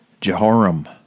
Jehoram